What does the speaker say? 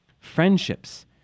Friendships